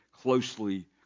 closely